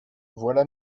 voilà